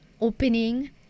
opening